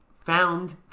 found